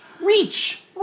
reach